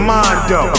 Mondo